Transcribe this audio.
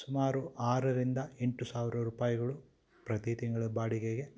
ಸುಮಾರು ಆರರಿಂದ ಎಂಟು ಸಾವಿರ ರೂಪಾಯಿಗಳು ಪ್ರತಿ ತಿಂಗಳ ಬಾಡಿಗೆಗೆ